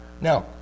Now